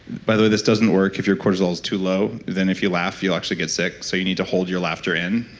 by the way this doesn't work if your cortisol's too low, then if you laugh you'll actually get sick so you need to hold your laughter in.